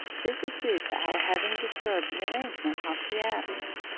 this is due to our having disturbed the arrangement of the atoms.